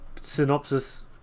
Synopsis